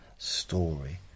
Story